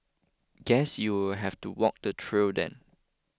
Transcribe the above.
guess you'll have to walk the trail then